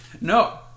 No